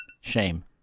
Shame